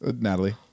Natalie